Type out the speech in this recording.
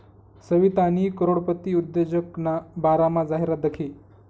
सवितानी करोडपती उद्योजकना बारामा जाहिरात दखी